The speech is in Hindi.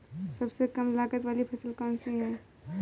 सबसे कम लागत वाली फसल कौन सी है?